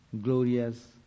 glorious